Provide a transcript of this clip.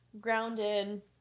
Grounded